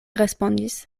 respondis